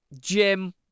Jim